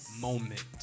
moment